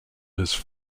his